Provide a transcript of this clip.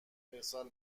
ارسال